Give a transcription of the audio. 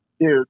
Dude